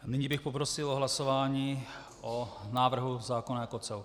Nyní bych poprosil o hlasování o návrhu zákona jako celku.